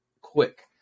quick